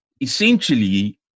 essentially